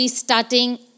starting